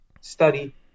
study